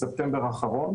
בספטמבר האחרון.